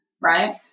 Right